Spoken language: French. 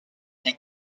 les